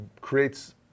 creates